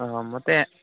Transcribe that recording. ହ ମୋତେ